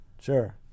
Sure